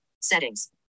settings